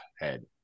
head